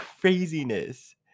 craziness